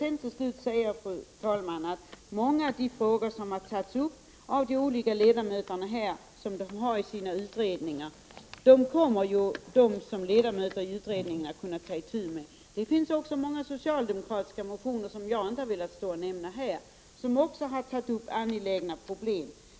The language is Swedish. Får jag till slut säga att många av de frågor som de olika ledamöterna har tagit upp här har de arbetat med i sina utredningar, och kommer de som ledamöter av utredningarna att kunna ta itu med. Det finns många socialdemokratiska motioner som jag inte har velat nämna här, som också har tagit upp angelägna problem.